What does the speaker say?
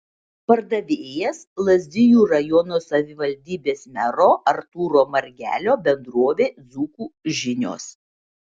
pardavėjas lazdijų rajono savivaldybės mero artūro margelio bendrovė dzūkų žinios